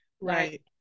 Right